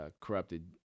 corrupted